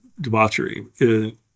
debauchery